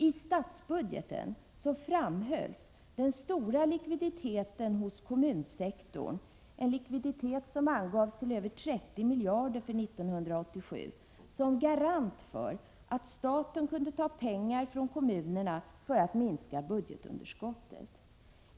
I statsbudgeten framhölls den stora likviditeten inom kommunsektorn — den angavs till 35 miljarder för 1987 — som garant för att staten kunde ta pengar från kommunerna för att minska budgetunderskottet.